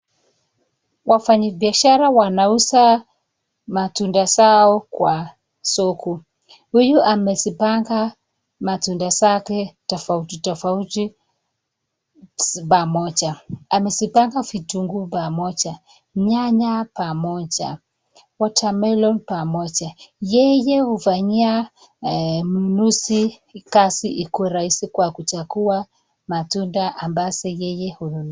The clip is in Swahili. Wafanyibiashara wanauza matunda yao kwa soko. Huyu amesipanga matunda sake tofauti tofauti pamoja. Amepanga vitungu pamoja. Nyanya pamoja. Watermelon pamoja. Yeye hufanyia mnusi kasi ikwe rahisi kwa kuchakua matunda ambase yeye hutaka.